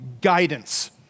guidance